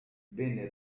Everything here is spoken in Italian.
venne